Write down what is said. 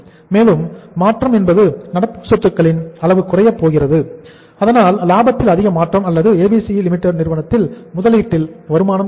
மேலும் மாற்றம் என்பது நடப்பு சொத்துக்களின் அளவு குறையப் போகிறது அதனால் லாபத்தில் அதிக மாற்றம் அல்லது ABC Limited நிறுவனத்தின் முதலீட்டில் வருமானம் கிடைக்கும்